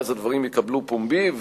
ואז הדברים יקבלו פומבי,